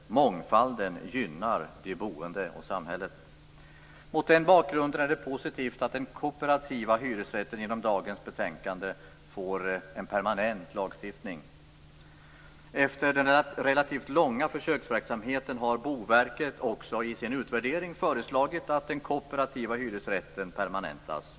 Mångfalden gynnar de boende och samhället. Mot denna bakgrund är det positivt att den kooperativa hyresrätten genom dagens betänkande får en permanent lagstiftning. Efter den relativt långa försöksverksamheten har Boverket i sin utvärdering föreslagit att den kooperativa hyresrätten permanentas.